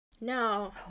No